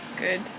Good